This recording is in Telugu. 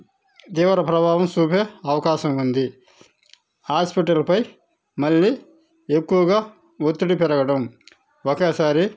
తీవ్ర ప్రభావం చూపే అవకాశం ఉంది హాస్పిటల్పై మళ్ళీ ఎక్కువగా ఒత్తిడి పెరగడం ఒకేసారి